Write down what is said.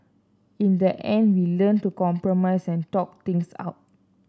in the end we learnt to compromise and talk things out